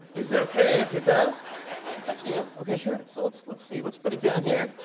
is it okay if it does? it's up to you. okay. sure. so let's let's see. let's put it down here.